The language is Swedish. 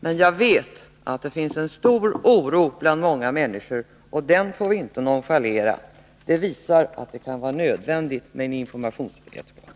Men jag vet att många människor känner stor oro, och det får vi inte nonchalera. Det kan således vara nödvändigt med informationsberedskap.